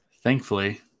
thankfully